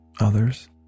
others